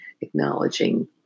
acknowledging